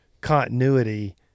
continuity